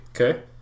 okay